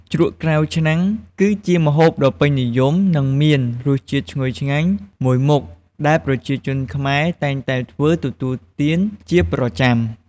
ជ្រក់ក្រៅឆ្នាំងគឺជាម្ហូបដ៏ពេញនិយម និងមានរសជាតិឈ្ងុយឆ្ងាញ់មួយមុខ ដែលប្រជាជនខ្មែរតែងតែធ្វើទទួលទានជាប្រចាំ។